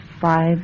five